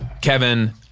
Kevin